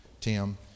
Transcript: Tim